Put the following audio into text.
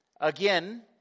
Again